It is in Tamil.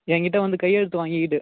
எங்கிட்ட வந்து கையெழுத்து வாங்கிக்கிட்டு